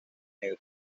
negro